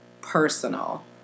personal